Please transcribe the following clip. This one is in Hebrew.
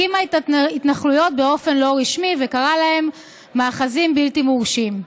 הקימה את ההתנחלויות באופן לא רשמי וקראה להם 'מאחזים בלתי מורשים'"